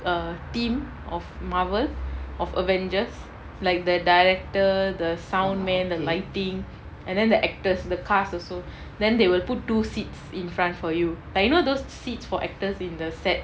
a team of marvel of avengers like the director the sound man the lighting and then the actors the cast also then they will put two seats in front for you like you know those seats for actors in the sets